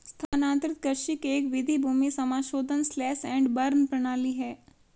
स्थानांतरित कृषि की एक विधि भूमि समाशोधन स्लैश एंड बर्न प्रणाली है